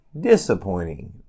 disappointing